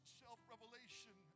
self-revelation